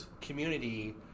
community